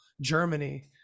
germany